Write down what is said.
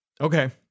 Okay